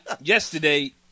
yesterday